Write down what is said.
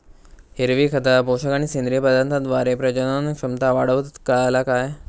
हिरवी खता, पोषक आणि सेंद्रिय पदार्थांद्वारे प्रजनन क्षमता वाढवतत, काळाला काय?